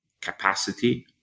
capacity